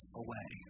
away